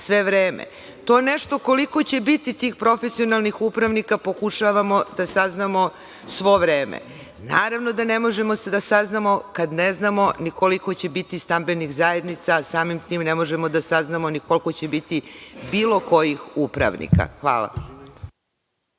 sve vreme. To nešto koliko će biti tih profesionalnih upravnika pokušavamo da saznamo sve vreme. Naravno da ne možemo da saznamo kad ne znamo ni koliko će biti stambenih zajednica, a samim tim ne možemo da saznamo ni koliko će biti bilo kojih upravnika. Hvala.